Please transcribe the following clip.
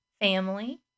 family